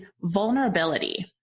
vulnerability